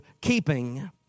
keeping